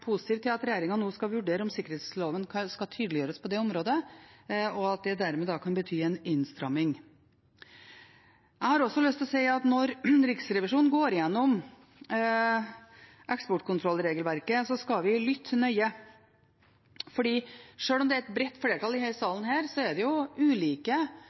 til at regjeringen nå skal vurdere om sikkerhetsloven skal tydeliggjøres på det området, og at det dermed da kan bety en innstramming. Jeg har også lyst til å si at når Riksrevisjonen går gjennom eksportkontrollregelverket, skal vi lytte nøye, for sjøl om det er et bredt flertall i denne salen, er det jo ulike